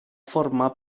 formar